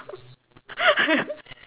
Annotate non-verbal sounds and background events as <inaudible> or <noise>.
<laughs>